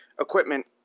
equipment